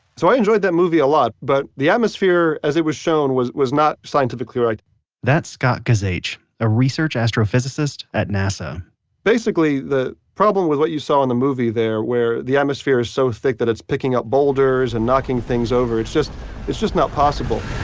so i enjoyed that movie a lot, but the atmosphere as it was shown was was not scientifically right that's scott guzewich, a research astrophysicist at nasa basically, the problem with what you saw in the movie there where the atmosphere is so thick that it's picking up boulders and knocking things over. it's just it's just not possible.